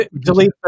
delete